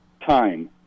time